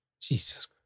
Jesus